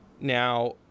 Now